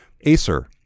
Acer